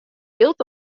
jild